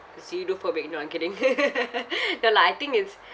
I see you do for back door I'm kidding no lah I think it's